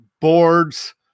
boards